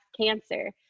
cancer